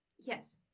Yes